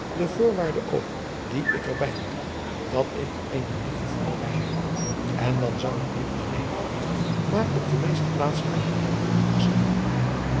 de voorwaarde over die ik er bij maakte dat ik eene lieve vrouw bij mij had en dan zou ik niet alleen hier maar op de meeste plaatsen van de wereld gelukkig zijn